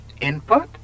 Input